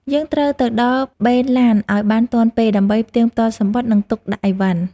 យើងត្រូវទៅដល់បេនឡានឱ្យបានទាន់ពេល ដើម្បីផ្ទៀងផ្ទាត់សំបុត្រ និងទុកដាក់អីវ៉ាន់។